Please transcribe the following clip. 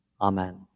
Amen